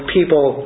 people